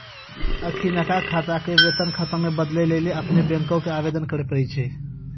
अखिनका खाता के वेतन खाता मे बदलै लेली अपनो बैंको के आवेदन करे पड़ै छै